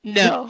no